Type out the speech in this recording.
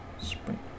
Spring